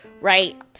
right